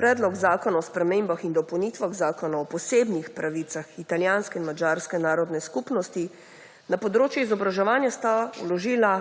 Predlog zakona o spremembah in dopolnitvah Zakona o posebnih pravicah italijanske in madžarske narodne skupnosti na področju izobraževanja sta vložila